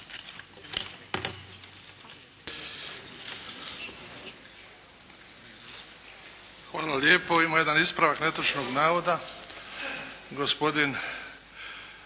Hvala lijepo. Ima jedan ispravak netočnog navoda.